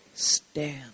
Stand